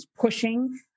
pushing